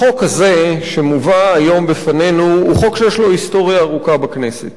החוק הזה שמובא היום בפנינו הוא חוק שיש לו היסטוריה ארוכה בכנסת,